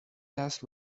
death